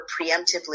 preemptively